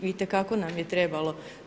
Itekako nam je trebalo.